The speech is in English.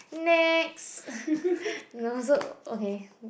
next no so okay